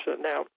Now